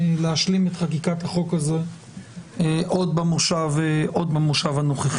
להשלים את חקיקת החוק הזה עוד במושב הנוכחי.